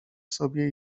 sobie